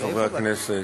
הכנסת,